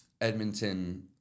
Edmonton